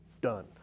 Done